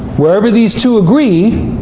wherever these two agree,